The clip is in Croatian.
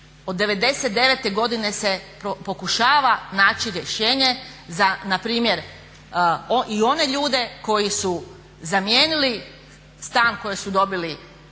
Od '99. godine se pokušava naći rješenje za npr. i one ljude koji su zamijenili stan koji su dobili